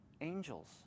angels